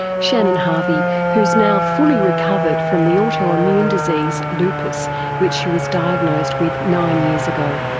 shannon harvey, who has now fully recovered from the autoimmune disease lupus which she was diagnosed with nine years ago.